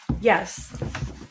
Yes